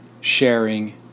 sharing